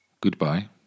Goodbye